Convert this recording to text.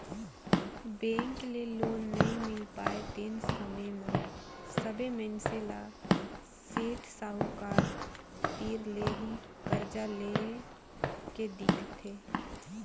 bank ले loan नइ मिल पाय तेन समे म सबे मइनसे ल सेठ साहूकार तीर ले ही करजा लेए के दिखथे